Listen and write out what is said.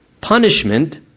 punishment